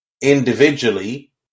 individually